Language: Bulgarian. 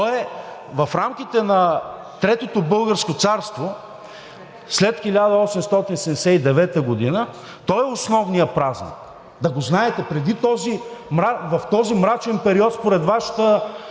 той е в рамките на Третото българско царство след 1879 г. Той е основният празник, да го знаете. В този мрачен период според Вашата